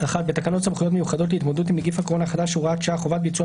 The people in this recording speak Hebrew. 1.תיקון תקנה 2